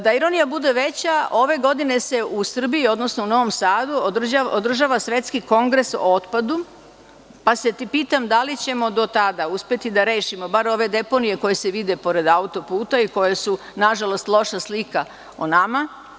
Da ironija bude veća, ove godine se u Srbiji, odnosno u Novom Sadu održava Svetski kongres o otpadu, pa se pitam da li ćemo do tada uspeti da rešimo bar ove deponije koje se vide pored auto-puta i koje su nažalost loša slika o nama?